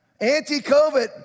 anti-COVID